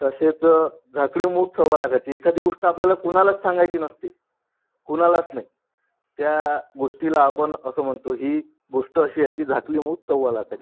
तसेच झाकली मूठ सव्वा लाखाची एखादी गोष्ट आपल्याला कुणालाच सांगायची नसते कुणालाच नाही त्या गोष्टीला आपण असं म्हणतो ही गोष्ट अशी आहे की झाकली मूठ सव्वा लाखाची